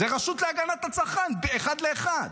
זה רשות להגנת הצרכן אחד לאחד.